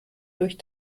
durch